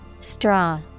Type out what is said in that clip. Straw